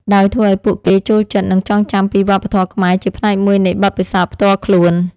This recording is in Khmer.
ដោយធ្វើឲ្យពួកគេចូលចិត្ត និងចងចាំពីវប្បធម៌ខ្មែរជាផ្នែកមួយនៃបទពិសោធន៍ផ្ទាល់ខ្លួន។